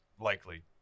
likely